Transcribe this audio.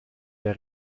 der